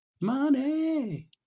Money